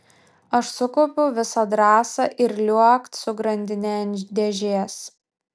aš sukaupiau visą drąsą ir liuokt su grandine ant dėžės